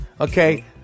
Okay